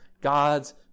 God's